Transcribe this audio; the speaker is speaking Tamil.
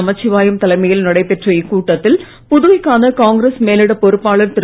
நமச்சிவாயம் தலைமையில் நடைபெற்ற இக்கூட்டத்தில் புதுவைக்கான காங்கிரஸ் மேலிட பொறுப்பாளர் திரு